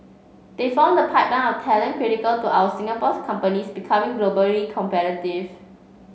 they form the pipeline of talent critical to our Singapore companies becoming globally competitive